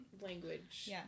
language